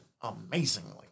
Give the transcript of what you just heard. amazingly